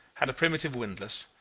had a primitive windlass,